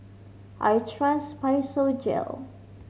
I trust Physiogel